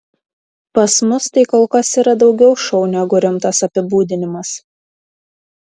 pas mus tai kol kas yra daugiau šou negu rimtas apibūdinimas